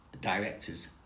directors